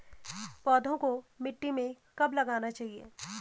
पौधों को मिट्टी में कब लगाना चाहिए?